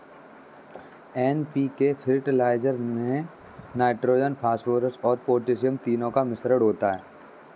NPK fertiliser में nitrogen, phosphorus और potassium तीनों का मिश्रण होता है